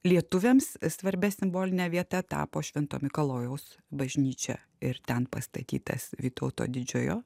lietuviams svarbia simboline vieta tapo švento mikalojaus bažnyčia ir ten pastatytas vytauto didžiojo